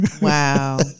Wow